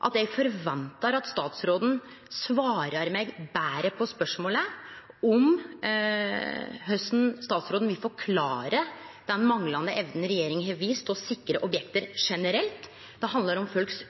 at eg forventar at statsråden svarar meg betre på spørsmålet om korleis han vil forklare den manglande evna regjeringa har vist til å sikre objekt generelt. Det handlar om folks